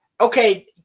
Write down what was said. Okay